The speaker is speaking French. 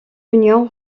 union